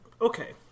okay